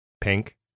pink